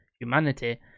humanity